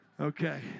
Okay